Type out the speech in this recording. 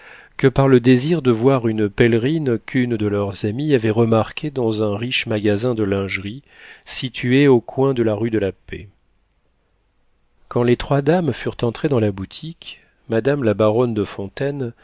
que par le désir de voir une pèlerine qu'une de leurs amies avait remarquée dans un riche magasin de lingerie situé au coin de la rue de la paix quand les trois dames furent entrées dans la boutique madame la baronne de fontaine